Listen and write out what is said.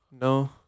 no